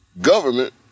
government